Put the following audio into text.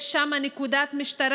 יש שם גם נקודת משטרה.